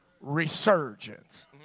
resurgence